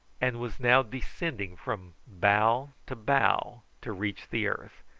and was now descending from bough to bough to reach the earth,